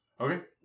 Okay